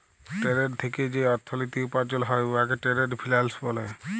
trade থ্যাইকে যে অথ্থলিতি উপার্জল হ্যয় উয়াকে টেরেড ফিল্যাল্স ব্যলে